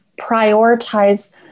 prioritize